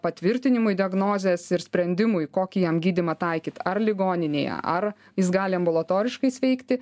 patvirtinimui diagnozės ir sprendimui kokį jam gydymą taikyt ar ligoninėj ar jis gali ambulatoriškai sveikti